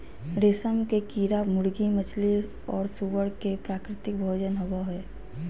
रेशम के कीड़ा मुर्गी, मछली और सूअर के प्राकृतिक भोजन होबा हइ